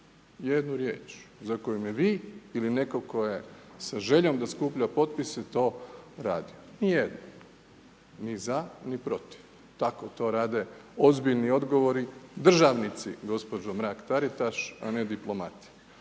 jednu riječ za koju vi ili netko tko je sa željom da skuplja potpise to radio, nijednom, ni za, ni protiv. Tako to rade ozbiljni odgovorni državnici gospođo Mrak-Taritaš, a ne diplomati,